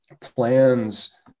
plans